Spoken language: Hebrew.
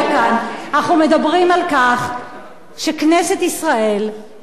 אנחנו מדברים על כך שכנסת ישראל אימצה,